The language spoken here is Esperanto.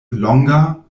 longa